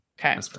Okay